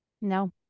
No